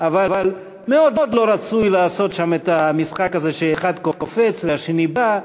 אבל מאוד לא רצוי לעשות שם את המשחק הזה שאחד קופץ והשני בא.